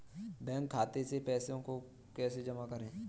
Bank खाते से पैसे को कैसे जमा करें?